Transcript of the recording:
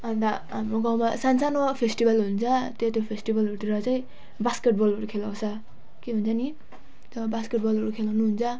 अनि त हाम्रो गाउँमा सानो सानो फेस्टिभल हुन्छ त्यो त्यो फेस्टिभलहरूतिर चाहिँ बास्केट बलहरू खेलाउँछ के हुन्छ नि जब बास्केट बलहरू खेलाउनुहुन्छ